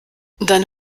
deine